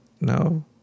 No